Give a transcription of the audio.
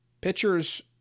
pitchers